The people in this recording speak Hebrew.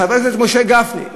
חבר הכנסת משה גפני,